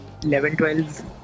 11-12